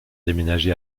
déménagé